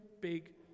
big